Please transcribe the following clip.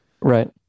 Right